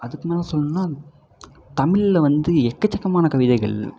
அதற்கு மேலே சொல்லுணுனா தமிழில் வந்து எக்கச்சக்கமான கவிதைகள்